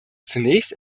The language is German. zunächst